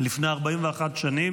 לפני 41 שנים,